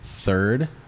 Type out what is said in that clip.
third